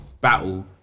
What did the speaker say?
battle